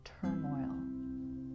turmoil